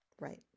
Right